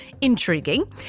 intriguing